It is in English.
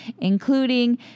including